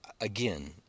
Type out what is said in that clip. again